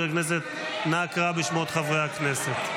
מזכיר הכנסת, נא קרא בשמות חברי הכנסת.